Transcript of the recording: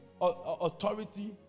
authority